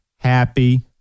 happy